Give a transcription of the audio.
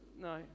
No